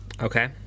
okay